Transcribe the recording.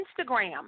Instagram